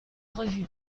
revues